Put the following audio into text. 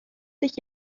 sich